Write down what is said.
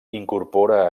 incorpora